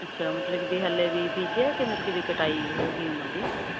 ਅੱਛਾ ਮਤਲਬ ਦੀ ਹਾਲੇ ਵੀ ਬੀਜਿਆ ਕਿਵੇਂ ਕਟਾਈ ਹੋ ਗਈ ਉਹਨਾਂ ਦੀ